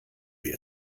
wir